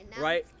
right